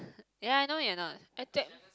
ya I know you are not I tag